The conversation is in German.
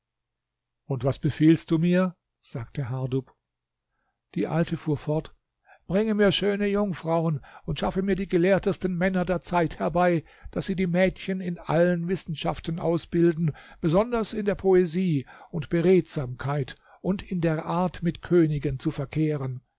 und was befiehlst du mir sagte hardub die alte fuhr fort bringe mir schöne jungfrauen und schaffe mir die gelehrtesten männer der zeit herbei daß sie die mädchen in allen wissenschaften ausbilden besonders in der poesie und beredsamkeit und in der art mit königen zu verkehren